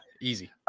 Easy